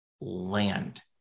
land